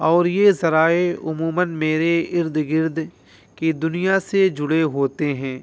اور یہ ذرائع عموماً میرے ارد گرد کی دنیا سے جڑے ہوتے ہیں